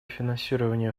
финансирование